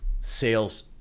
sales